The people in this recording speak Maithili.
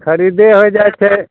खरीदे होइ जाइ छै